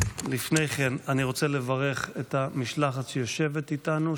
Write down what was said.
לפני כן אני רוצה לברך את המשלחת שיושבת איתנו,